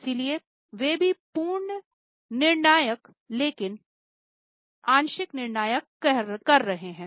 इसलिए वे भी पूर्ण नियंत्रण नहीं लेकिन आंशिक नियंत्रण कर रहे हैं